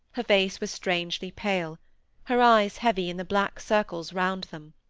her face was strangely pale her eyes heavy in the black circles round them.